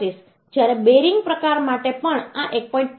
25 જ્યારે બેરિંગ પ્રકાર માટે પણ આ 1